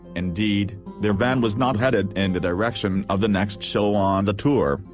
indeed, their van was not headed in the direction of the next show on the tour,